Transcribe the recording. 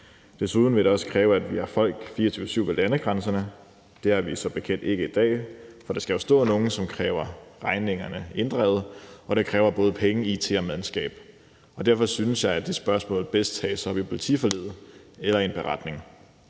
Desuden vil det også kræve, at vi har folk 24-7 ved landegrænserne. Det har vi som bekendt ikke i dag. For der skal jo stå nogen, som kan kræve regningerne inddrevet, og det kræver både penge, it og mandskab. Derfor synes jeg, at det spørgsmål bedst kan tages op i forbindelse med politiforliget eller i en beretning.